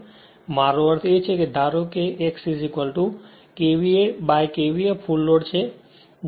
મારો અર્થ એ છે કે ધારો કે x KVA by KVA full load છે